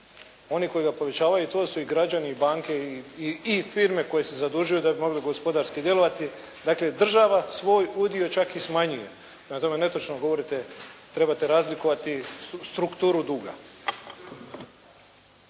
Oni koji ga povećavaju to su i građani, banke i firme koje se zadužuju da bi mogli gospodarski djelovati. Dakle, država svoj udio čak i smanjuje. Prema tome netočno govorite. Trebate razlikovati strukturu duga.